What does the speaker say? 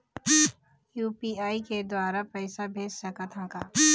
UPI के द्वारा पैसा भेज सकत ह का?